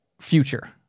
future